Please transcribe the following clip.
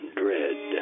dread